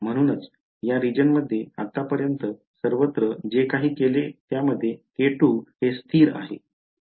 म्हणूनच या रिजन मध्ये आतापर्यंत सर्वत्र जे काही केले त्यामध्ये k2 हे स्थिर आहे